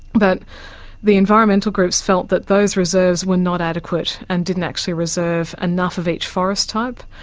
but the environmental groups felt that those reserves were not adequate and didn't actually reserve enough of each forest type.